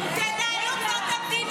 גם באריכות.